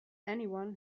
anyone